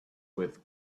with